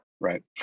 right